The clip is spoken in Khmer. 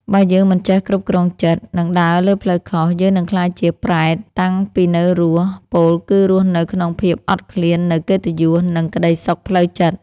បើយើងមិនចេះគ្រប់គ្រងចិត្ត និងដើរលើផ្លូវខុស យើងនឹងក្លាយជា ប្រេត តាំងពីនៅរស់ ពោលគឺរស់នៅក្នុងភាពអត់ឃ្លាននូវកិត្តិយស និងក្ដីសុខផ្លូវចិត្ត។